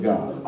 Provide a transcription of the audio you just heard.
God